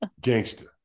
gangster